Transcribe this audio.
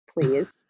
please